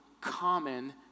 common